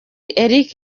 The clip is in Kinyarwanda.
eric